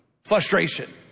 frustration